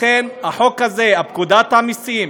לכן, החוק הזה, פקודת המסים,